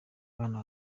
abana